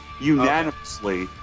unanimously